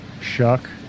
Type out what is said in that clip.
Shuck